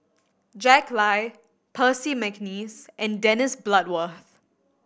Jack Lai Percy McNeice and Dennis Bloodworth